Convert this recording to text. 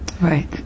Right